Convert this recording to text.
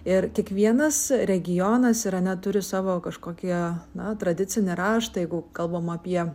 ir kiekvienas regionas irane turi savo kažkokia na tradicinį raštą jeigu kalbam apie